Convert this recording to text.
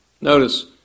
Notice